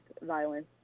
violence